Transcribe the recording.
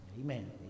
Amen